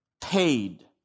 paid